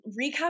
recap